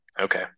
Okay